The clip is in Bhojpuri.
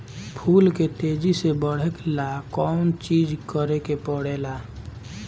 फूल के तेजी से बढ़े ला कौन चिज करे के परेला?